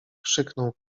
krzyknął